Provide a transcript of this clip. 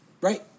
Right